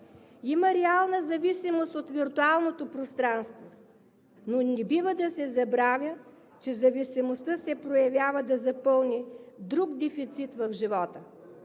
Има реална зависимост от виртуалното пространство, но не бива да се забравя, че зависимостта се проявява да запълни друг дефицит в живота